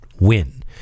win